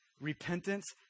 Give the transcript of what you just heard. Repentance